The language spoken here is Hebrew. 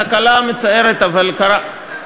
תקלה מצערת, אבל קרה.